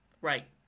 Right